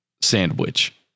sandwich